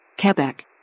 Quebec